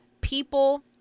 people